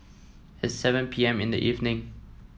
at seven P M in the evening